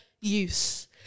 use